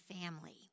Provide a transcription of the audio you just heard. family